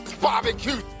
barbecue